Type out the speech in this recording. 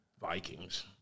Vikings